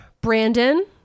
Brandon